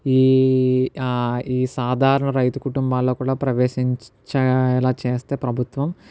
ఈ ఈ సాధారణ రైతు కుటుంబాల్లో కూడా ప్రవేశించేలా చేస్తే ప్రభుత్వం